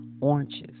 oranges